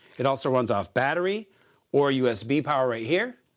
it also runs off battery or usb power right here.